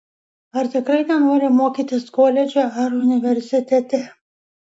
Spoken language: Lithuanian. ar tikrai nenori mokytis koledže ar universitete